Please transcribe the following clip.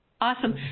Awesome